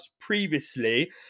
previously